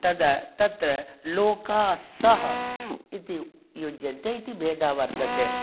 तदा तत्र लोकासः इति युज्यते इति भेदः वर्तते